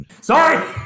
Sorry